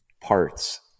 parts